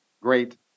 great